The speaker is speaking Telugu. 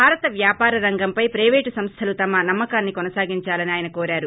భారత వ్యాపార రంగంపై ప్రయిపేటు సంస్థలు తమ నమ్మకాన్ని కొనసాగించాలని ఆయన కోరారు